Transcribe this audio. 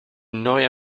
neue